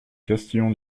castillon